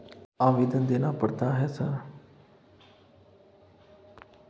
आवेदन देना पड़ता है सर?